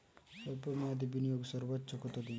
স্বল্প মেয়াদি বিনিয়োগ সর্বোচ্চ কত দিন?